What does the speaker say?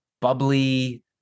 bubbly